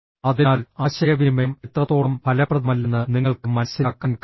അതിനാൽ ആശയവിനിമയം എത്രത്തോളം ഫലപ്രദമല്ലെന്ന് നിങ്ങൾക്ക് മനസ്സിലാക്കാൻ കഴിയും